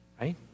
right